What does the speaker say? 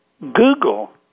Google